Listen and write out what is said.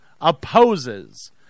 opposes